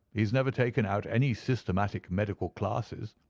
he has never taken out any systematic medical classes.